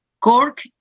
Cork